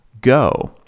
go